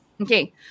okay